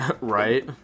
Right